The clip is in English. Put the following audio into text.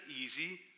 easy